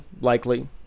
likely